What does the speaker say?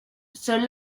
son